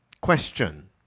Question